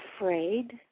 afraid